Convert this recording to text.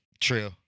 True